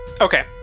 Okay